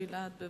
גלעד ארדן.